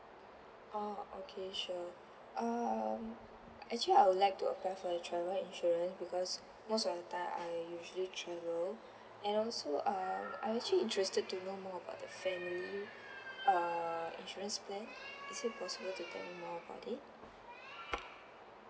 oh okay sure um actually I would like to apply for your travel insurance because most of the time I usually travel and also uh I am actually interested to know more about the family uh insurance plan is it possible to tell me more about it